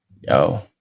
Yo